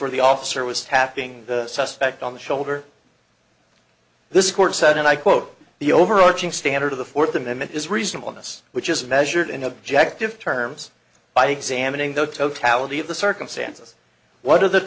where the officer was tapping the suspect on the shoulder this court said and i quote the overarching standard of the fourth amendment is reasonable in this which is measured in objective terms by examining the totality of the circumstances what are the